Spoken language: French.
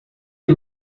les